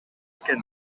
экен